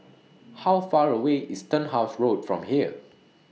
How Far away IS Turnhouse Road from here